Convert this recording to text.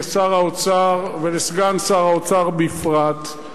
לשר האוצר ולסגן שר האוצר בפרט,